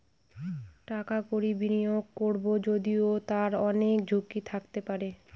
টাকা কড়ি বিনিয়োগ করবো যদিও তার অনেক ঝুঁকি থাকতে পারে